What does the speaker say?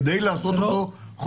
כשאתה אומר שהמעסיק מנפיק לו,